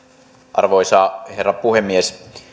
arvoisa herra puhemies